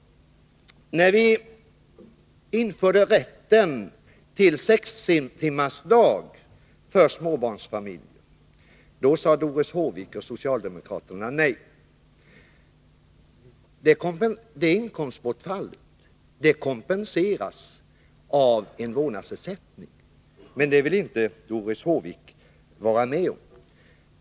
När vi införde rätten till sextimmarsdag för småbarnsfamiljer sade Doris Håvik och socialdemokraterna nej. Inkomstbortfallet i samband med sextimmarsdagen kompenseras av en vårdnadsersättning, men det vill Doris Håvik inte vara med om.